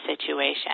situation